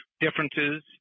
differences